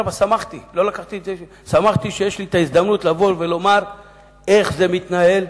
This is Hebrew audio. שמחתי שיש לי הזדמנות לבוא ולומר איך זה מתנהל,